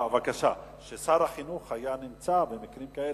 ששר החינוך היה נמצא במקרים כאלה.